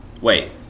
Wait